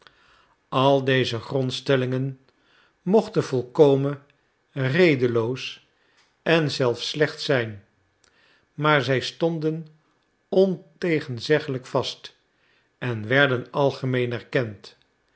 al deze grondstellingen mochten volkomen redeloos en zelfs slecht zijn maar zij stonden ontegenzeggelijk vast en werden algemeen erkend